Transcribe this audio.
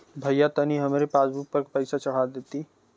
भईया तनि हमरे पासबुक पर पैसा चढ़ा देती